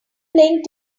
playing